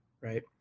right